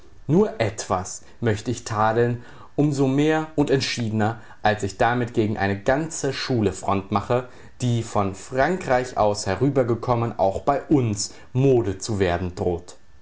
nur etwas möcht ich tadeln um so mehr und entschiedner als ich damit gegen eine ganze schule front mache die von frankreich aus herübergekommen auch bei uns mode zu werden droht